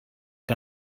que